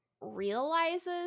realizes